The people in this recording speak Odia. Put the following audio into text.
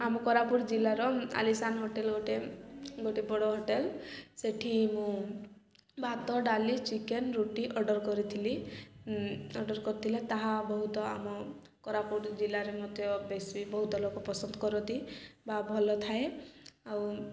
ଆମ କୋରାପୁଟ ଜିଲ୍ଲାର ଆଲିସାନ ହୋଟେଲ୍ ଗୋଟେ ଗୋଟେ ବଡ଼ ହୋଟେଲ୍ ସେଠି ମୁଁ ଭାତ ଡାଲି ଚିକେନ୍ ରୁଟି ଅର୍ଡ଼ର୍ କରିଥିଲି ଅର୍ଡ଼ର୍ କରିଥିଲା ତାହା ବହୁତ ଆମ କୋରାପୁଟ ଜିଲ୍ଲାରେ ମଧ୍ୟ ବେଶି ବହୁତ ଲୋକ ପସନ୍ଦ କରନ୍ତି ବା ଭଲ ଥାଏ ଆଉ